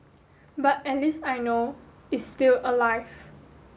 but at least I know is still alive